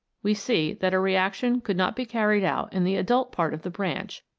we see that a reaction could not be carried out in the adult part of the branch,